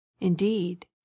indeed